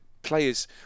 players